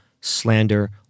slander